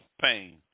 pain